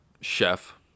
chef